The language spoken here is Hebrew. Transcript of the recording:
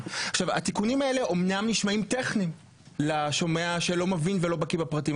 התיקונים האלה אמנם נשמעים טכניים לשומע שלא מבין ולא בקי בפרטים,